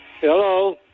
Hello